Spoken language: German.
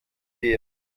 gehen